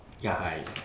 ya hi